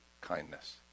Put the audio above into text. kindness